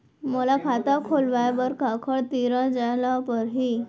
मोला खाता खोलवाय बर काखर तिरा जाय ल परही?